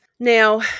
Now